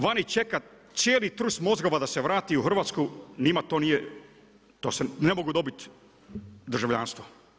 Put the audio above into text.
Vani čeka cijeli trust mozgova da se vrati u Hrvatsku, njima to nije ne mogu dobiti državljanstvo.